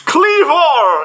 Cleaver